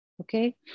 okay